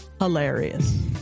hilarious